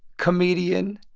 comedian,